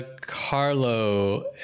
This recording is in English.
Carlo